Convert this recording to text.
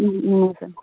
ம் no sir